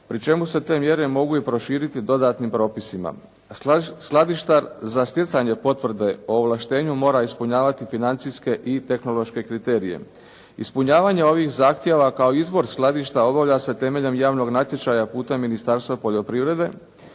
pri čemu se te mjere mogu i proširiti dodatnim propisima. Skladištar za stjecanje potvrde o ovlaštenju mora ispunjavati financijske i tehnološke kriterije. Ispunjavanje ovih zahtjeva kao izvor skladišta obavlja se temeljem javnog natječaja putem Ministarstva poljoprivrede,